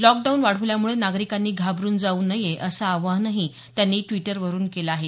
lockdown वाढवल्यामुळं नागरिकांना घाबरून जाऊ नये असं आवाहनही त्यांनी द्विटरवरून केलं आहे